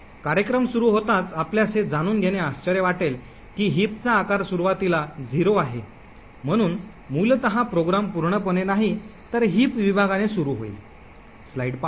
कार्यक्रम सुरू होताच आपल्यास हे जाणून घेणे आश्चर्य वाटेल की हिपचा आकार सुरुवातीला 0 आहे म्हणून मूलत प्रोग्राम पूर्णपणे नाही तर हिप विभागाने सुरू होईल